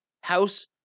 House